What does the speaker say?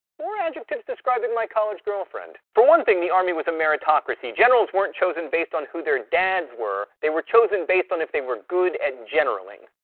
more adjectives describing my college girlfriend. for one thing the army was a meritocracy. generals weren't chosen based on who their dads were, they were chosen based on if they were good at generalling.